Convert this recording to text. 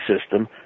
system